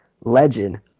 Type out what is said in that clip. legend